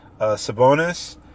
Sabonis